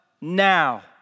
now